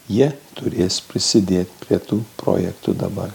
jie turės prisidėti prie tų projektų dabar